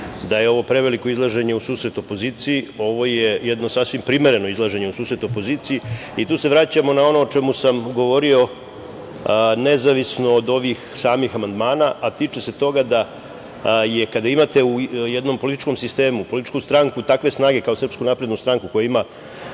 da je ovo preveliko izlaženje u susret opoziciji, ovo je jedno sasvim primereno izlaženje u susret opoziciji, i tu se vraćamo na ono o čemu sam govorio, nezavisno od ovih samih amandmana, a tiče se toga da kada imate u jednom političkom sistemu, jednu političku stranku takve snage kao SNS, koja ima